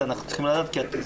אנחנו צריכים לדעת.